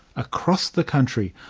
across the country,